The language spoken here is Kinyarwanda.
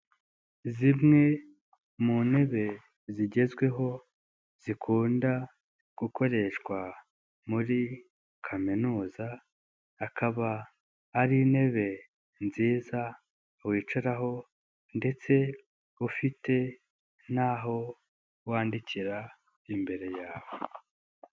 Zimwe mu ntebe zigezweho zikunda gukoreshwa muri kaminuza, akaba ari intebe nziza wicaraho ndetse ufite naho wandikira imbere yawe.